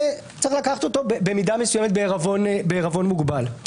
צריך לקחת אותו בעירבון מוגבל, במידה מסוימת.